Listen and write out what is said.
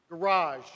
Garage